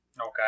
Okay